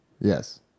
Yes